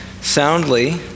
soundly